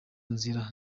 nzira